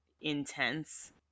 intense